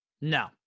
No